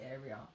area